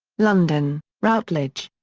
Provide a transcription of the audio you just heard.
london routledge.